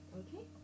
okay